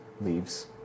leaves